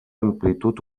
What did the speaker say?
amplitud